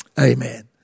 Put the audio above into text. Amen